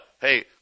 Hey